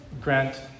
grant